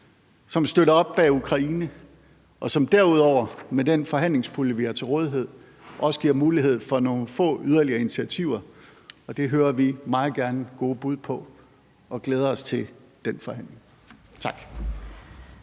som støtter op bag Ukraine, og som derudover med den forhandlingspulje, vi har til rådighed, også giver mulighed for nogle få yderligere initiativer. Det hører vi meget gerne gode bud på, og vi glæder os til den forhandling. Tak.